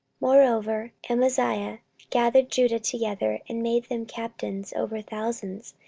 moreover amaziah gathered judah together, and made them captains over thousands,